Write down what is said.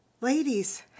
ladies